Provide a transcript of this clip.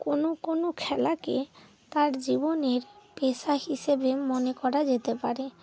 কোনো কোনো খেলাকে তার জীবনের পেশা হিসেবে মনে করা যেতে পারে